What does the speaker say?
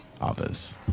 others